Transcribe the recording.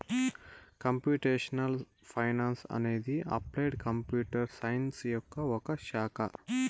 computational finance అనేది applied computer science యొక్క ఒక శాఖ